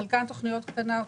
חלק מהתוכניות הן קטנות,